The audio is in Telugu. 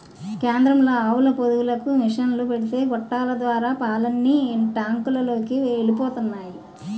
కేంద్రంలో ఆవుల పొదుగులకు మిసన్లు పెడితే గొట్టాల ద్వారా పాలన్నీ టాంకులలోకి ఎలిపోతున్నాయి